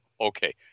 okay